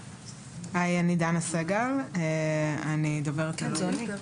היי אני דנה סגל, אני דוברת של לובי המיליון.